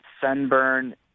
sunburn